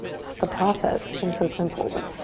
just the process seems so simple, but